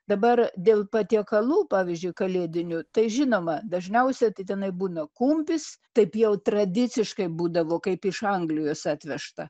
dabar dėl patiekalų pavyzdžiui kalėdinių tai žinoma dažniausia tai tenai būna kumpis taip jau tradiciškai būdavo kaip iš anglijos atvežta